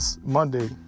Monday